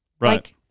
Right